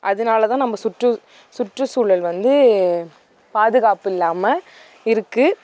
அதனாலதான் நம்ம சுற்று சுற்றுசூழல் வந்து பாதுகாப்பு இல்லாமல் இருக்குது